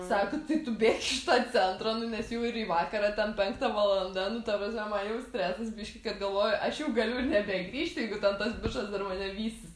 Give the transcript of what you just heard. sako tai tu bėk iš to centro nu nes jau ir į vakarą ten penkta valanda nu ta prasme man jau stresas biškį kad galvoju aš jau galiu ir nebegrįžt jeigu ten tas bičas dar mane vysis